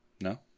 No